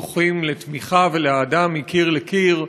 זוכים לתמיכה ולאהדה מקיר לקיר,